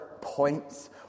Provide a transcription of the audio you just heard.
points